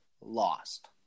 lost